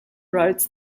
roads